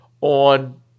on